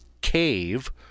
CAVE